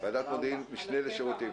ועדת משנה לשירותים.